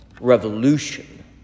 revolution